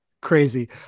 Crazy